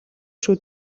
шүү